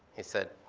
he said.